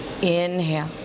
inhale